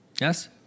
yes